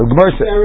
mercy